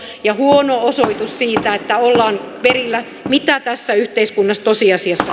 ja huono osoitus siitä että ei olla perillä siitä mitä tässä yhteiskunnassa tosiasiassa